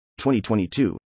2022